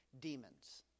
demons